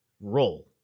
roll